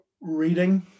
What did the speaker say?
reading